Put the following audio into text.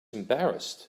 embarrassed